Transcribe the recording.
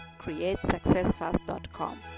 createsuccessfast.com